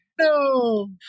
No